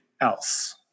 else